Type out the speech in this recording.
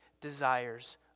desires